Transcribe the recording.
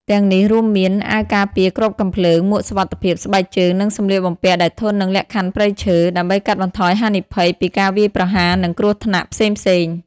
ទាំងនេះរួមមាន អាវការពារគ្រាប់កាំភ្លើង មួកសុវត្ថិភាព ស្បែកជើង និងសំលៀកបំពាក់ដែលធន់នឹងលក្ខខណ្ឌព្រៃឈើ ដើម្បីកាត់បន្ថយហានិភ័យពីការវាយប្រហារ និងគ្រោះថ្នាក់ផ្សេងៗ។